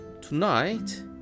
Tonight